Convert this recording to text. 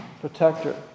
protector